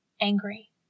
angry